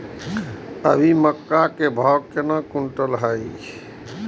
अभी मक्का के भाव केना क्विंटल हय?